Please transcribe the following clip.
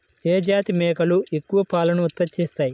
ఏ జాతి మేకలు ఎక్కువ పాలను ఉత్పత్తి చేస్తాయి?